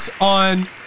on